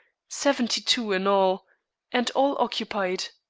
seventy-two in all, and all occupied.